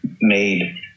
made